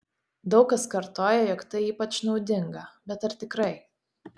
daug kas kartoja jog tai ypač naudinga bet ar tikrai